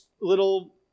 little